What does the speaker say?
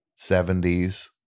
70s